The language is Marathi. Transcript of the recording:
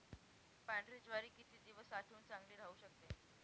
पांढरी ज्वारी किती दिवस साठवून चांगली राहू शकते?